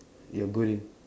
you're good in